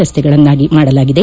ರಸ್ತೆಗಳನ್ನಾಗಿ ಮಾಡಲಾಗಿದೆ